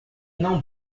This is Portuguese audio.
não